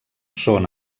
són